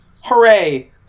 Hooray